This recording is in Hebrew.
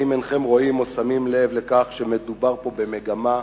האם אינכם רואים או שמים לב לכך שמדובר פה במגמה,